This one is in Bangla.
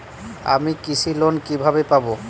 আমি কৃষি লোন কিভাবে পাবো?